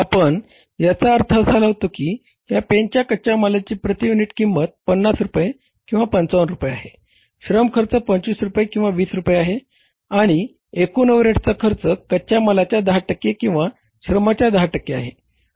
आपण याचा अर्थ लावतो की या पेनच्या कच्या मालाची प्रती युनिट किंमत 50 रुपये किंवा 55 रुपये आहे श्रम खर्च 25 रुपये किंवा 20 रुपये आहे आणि एकूण ओव्हरहेडचा खर्च कच्या मालाच्या 10 टक्के किंवा श्रमाच्या 10 टक्के आहे